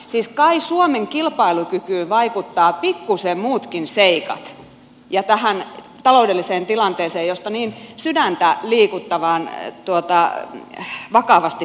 siis kai suomen kilpailukykyyn vaikuttavat pikkusen muutkin seikat ja tähän taloudelliseen tilanteeseen josta niin sydäntä liikuttavan vakavasti puhuitte